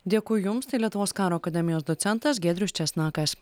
dėkui jums tai lietuvos karo akademijos docentas giedrius česnakas